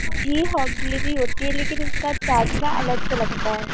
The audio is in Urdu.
جی ہوم ڈیلیوری ہوتی ہے لیکن اُس کا چارج نا الگ سے لگتا ہے